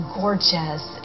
gorgeous